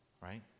right